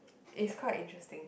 it's quite interesting